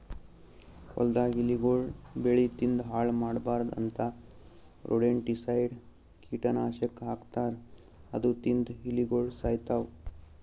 ಹೊಲ್ದಾಗ್ ಇಲಿಗೊಳ್ ಬೆಳಿ ತಿಂದ್ ಹಾಳ್ ಮಾಡ್ಬಾರ್ದ್ ಅಂತಾ ರೊಡೆಂಟಿಸೈಡ್ಸ್ ಕೀಟನಾಶಕ್ ಹಾಕ್ತಾರ್ ಅದು ತಿಂದ್ ಇಲಿಗೊಳ್ ಸಾಯ್ತವ್